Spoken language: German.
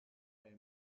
bei